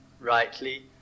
rightly